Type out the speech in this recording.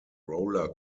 roller